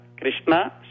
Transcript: Krishna